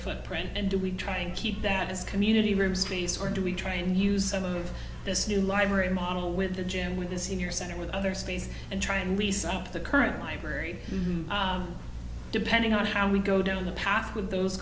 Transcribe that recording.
footprint and do we try and keep that as community room space or do we try and use some of this new library model with a gym with the senior center with other space and try and lease up the current library depending on how we go down the path with those